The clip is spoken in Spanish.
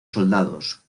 soldados